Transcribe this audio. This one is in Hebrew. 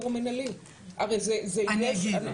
אז אני אומרת,